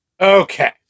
Okay